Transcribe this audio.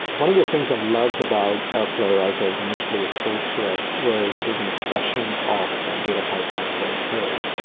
one of the things i loved about airflow as i was initially exposed to it was it was an expression of data pipelines as code,